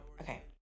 Okay